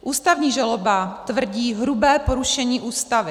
Ústavní žaloba tvrdí hrubé porušení Ústavy.